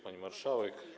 Pani Marszałek!